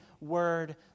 word